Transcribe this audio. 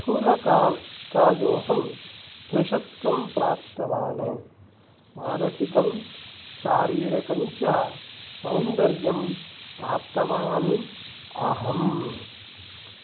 स्थूलताल कायोऽहं कृशत्वं प्राप्तवान् मानसिकं शारीरिकञ्च सौन्दर्यं प्राप्तवान् अहम्